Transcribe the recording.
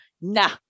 nah